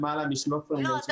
למעלה מ-13,000,000 ₪.